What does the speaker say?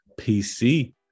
pc